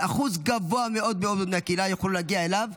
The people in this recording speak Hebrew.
לאחוז גבוה מאוד מאוד מהקהילה שיוכלו להגיע אליו,